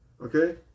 Okay